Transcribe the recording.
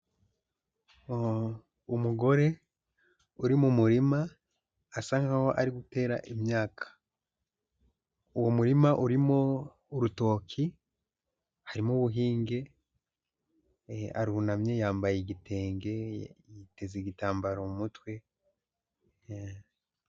Umugore uri mu murima, asa nk'aho ari gutera imyaka, uwo murima urimo urutoki, harimo ubuhinge, arunamye yambaye igitenge, yiteze igitambaro mu mutwe.